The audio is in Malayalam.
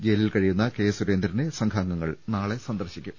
ജയിലിൽ കഴിയുന്ന കെ സുരേന്ദ്രനെ സംഘാംഗങ്ങൾ നാളെ സന്ദർശിക്കും